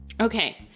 Okay